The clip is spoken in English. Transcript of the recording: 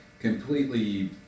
Completely